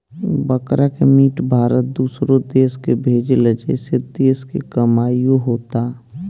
बकरा के मीट भारत दूसरो देश के भेजेला जेसे देश के कमाईओ होता